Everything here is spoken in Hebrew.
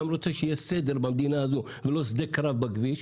גם רוצה שיהיה סדר במדינה הזו ולא שדה קרב בכביש.